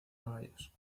caballos